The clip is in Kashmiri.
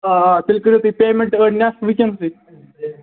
آ آ تیٚلہِ کٔرو تُہۍ پیمیٚنٹ نصف وُنکیٚنسٕے